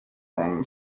from